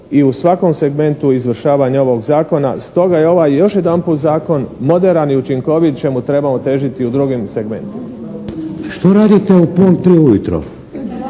i u svakom segmentu izvršavanja ovog zakona. Stoga je ovaj još jedanput zakon, moderan i učinkovit čemu trebamo težiti u drugim segmentima. **Šeks, Vladimir (HDZ)** Što